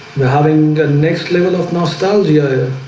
they're having the next level of nostalgia,